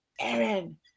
Aaron